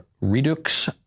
Redux